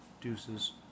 Deuces